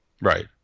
Right